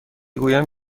گویم